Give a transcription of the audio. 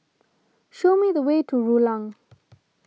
show me the way to Rulang